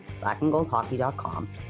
blackandgoldhockey.com